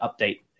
update